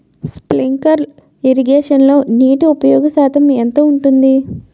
Sprinkler ఇరగేషన్లో నీటి ఉపయోగ శాతం ఎంత ఉంటుంది?